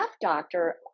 doctor